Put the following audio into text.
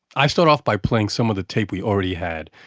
i start off by playing some of the tape we already had,